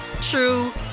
true